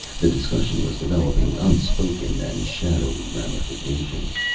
the discussion was developing unspoken and shadowy ramifications.